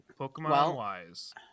Pokemon-wise